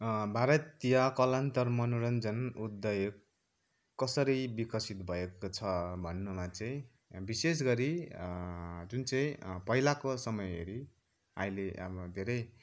भारतीय कालान्तर मनोरञ्जन उद्यग कसरी विकसित भएको छ भन्नुमा चाहिँ विशेष गरी जुन चाहिँ पहिलाको समय हेरी आइले अब धेरै